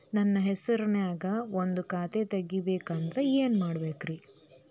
ನನ್ನ ಹೆಸರನ್ಯಾಗ ಒಂದು ಖಾತೆ ತೆಗಿಬೇಕ ಅಂದ್ರ ಏನ್ ಮಾಡಬೇಕ್ರಿ?